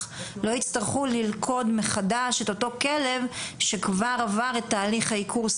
לא יצטרכו ללכוד מחדש את אותו כלב שכבר עבר את תהליך העיקור,